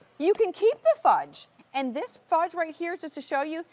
you can keep the fudge and this fudge right here just to show you,